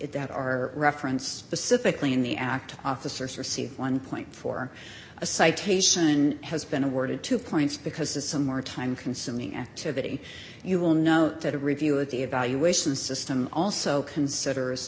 that are reference pacifically in the act officers receive one point for a citation has been awarded two points because there's some more time consuming activity you will note that a review of the evaluation system also considers